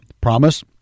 promise